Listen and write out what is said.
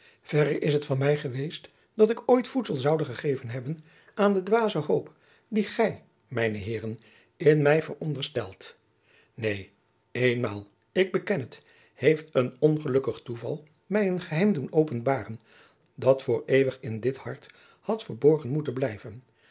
verre is het van mij geweest dat ik ooit voedsel zoude gegeven hebben aan de dwaze hoop die gij mijne heeren in mij veronderstelt neen eenmaal ik beken het heeft een ongelukkig toeval mij een geheim doen openbaren dat voor eeuwig in dit hart had verborgen moeten blijven